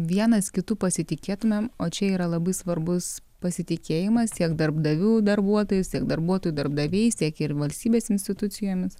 vienas kitu pasitikėtumėm o čia yra labai svarbus pasitikėjimas tiek darbdavių darbuotojais tiek darbuotojų darbdaviai tiek ir valstybės institucijomis